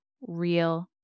real